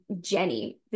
Jenny